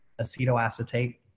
acetoacetate